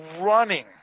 running